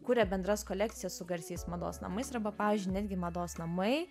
kuria bendras kolekcijas su garsiais mados namais arba pavyzdžiui netgi mados namai